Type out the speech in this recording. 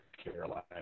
Carolina